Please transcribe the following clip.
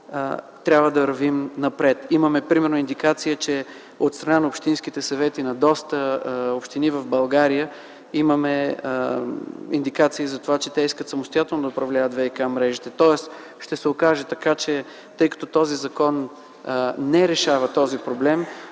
трябва да вървим напред. Например имаме индикация, че от страна на общинските съвети на доста общини в България, че те искат самостоятелно да управляват ВиК-мрежите. Тоест ще се окаже така, че тъй като този закон не решава този проблем,